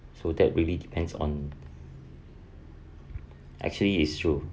so that really depends on actually is true